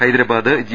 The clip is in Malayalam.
ഹൈദരാബാദ് ജി